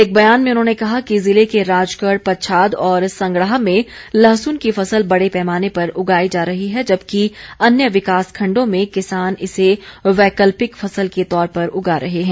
एक बयान में उन्होंने कहा कि जिले के राजगढ़ पच्छाद और संगड़ाह में लहसुन की फसल बड़े पैमाने पर उगाई जा रही है जबकि अन्य विकास खंडों में किसान इसे वैकल्पिक फसल के तौर पर उगा रहे हैं